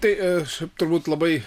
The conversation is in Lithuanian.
tai turbūt labai